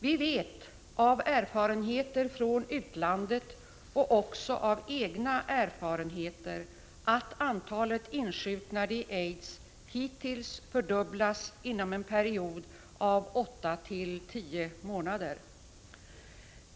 Vi vet av erfarenheter från utlandet och också av egen erfarenhet att antalet insjuknade i aids hittills fördubblas inom en period av 8-10 månader.